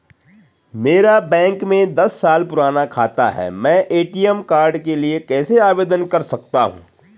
मेरा बैंक में दस साल पुराना खाता है मैं ए.टी.एम कार्ड के लिए कैसे आवेदन कर सकता हूँ?